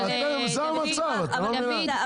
אבל זה לא נכון,